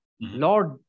Lord